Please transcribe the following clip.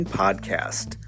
podcast